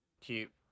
Cute